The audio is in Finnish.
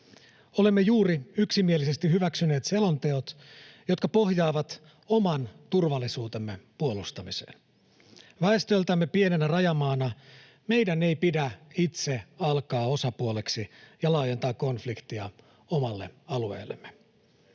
Olemme juuri yksimielisesti hyväksyneet selonteot, jotka pohjaavat oman turvallisuutemme puolustamiseen. Väestöltämme pienenä rajamaana meidän ei pidä itse alkaa osapuoleksi ja laajentaa konfliktia omalle alueellemme.